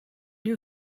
you